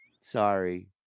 Sorry